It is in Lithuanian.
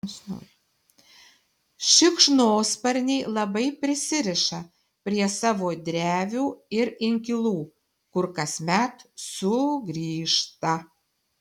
šikšnosparniai labai prisiriša prie savo drevių ir inkilų kur kasmet sugrįžta